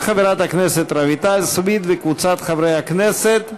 להצעה לסדר-היום ולהעביר את הנושא לוועדת העבודה,